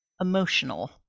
emotional